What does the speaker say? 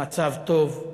המצב טוב,